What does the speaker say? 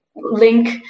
link